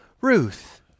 Ruth